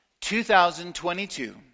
2022